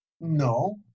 No